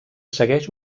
segueix